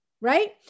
Right